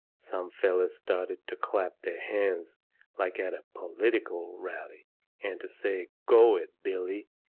some fellers started to clap their hands like at a political rally and to say, go it, billy!